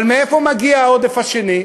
אבל מאיפה מגיע העודף השני?